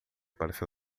pareceu